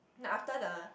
know after the